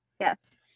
Yes